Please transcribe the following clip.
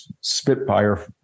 spitfire